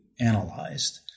analyzed